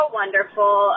wonderful